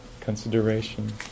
consideration